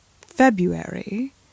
February